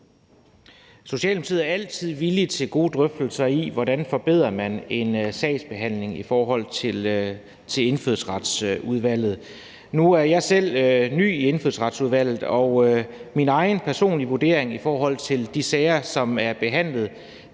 Socialdemokratiet er vi altid villige til at tage gode drøftelser om, hvordan man forbedrer sagsbehandlingen i Indfødsretsudvalget. Nu er jeg selv ny i Indfødsretsudvalget, og min egen personlige vurdering i forhold til de sager, som er behandlet,